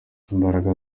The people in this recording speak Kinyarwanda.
imbaraga